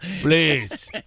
please